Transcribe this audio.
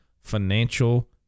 financial